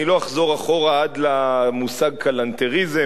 אני לא אחזור אחורה עד למושג כלנתריזם.